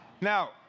Now